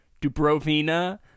Dubrovina